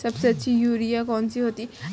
सबसे अच्छी यूरिया कौन सी होती है?